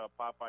Popeye